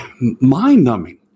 mind-numbing